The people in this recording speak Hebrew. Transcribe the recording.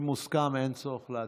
אם מוסכם, אין צורך להצביע.